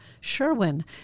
Sherwin